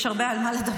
יש הרבה על מה לדבר,